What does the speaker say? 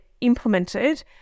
implemented